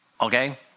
okay